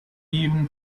even